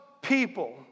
people